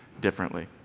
differently